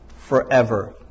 Forever